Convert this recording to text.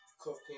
cooking